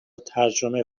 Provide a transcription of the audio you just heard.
ترجمه